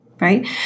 right